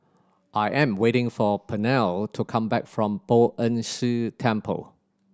I am waiting for Pernell to come back from Poh Ern Shih Temple